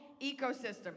ecosystem